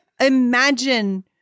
imagine-